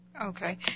Okay